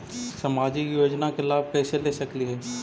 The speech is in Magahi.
सामाजिक योजना के लाभ कैसे ले सकली हे?